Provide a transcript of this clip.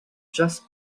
just